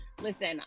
listen